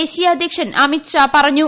ദേശീയ അധ്യക്ഷന് അമിത്ഷാ പറഞ്ഞു